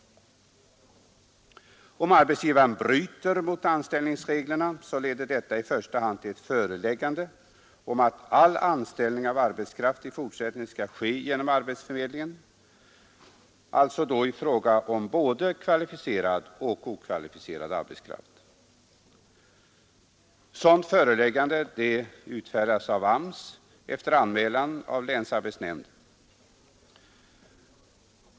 Om arbetsgivare bryter mot anställningsreglerna leder detta i första hand till ett föreläggande om att all anställning av arbetskraft i fortsättningen skall ske genom arbetsförmedlingen, alltså i fråga om både kvalificerad och okvalificerad arbetskraft. Sådant föreläggande utfärdas av AMS efter anmälan av länsarbetsnämnden.